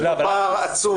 יש פה פער עצום.